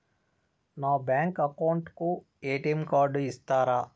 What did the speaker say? నా bank account కు ATM card ఇస్తారా